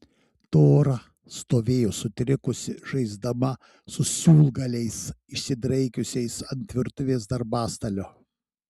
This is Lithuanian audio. tora stovėjo sutrikusi žaisdama su siūlgaliais išsidraikiusiais ant virtuvės darbastalio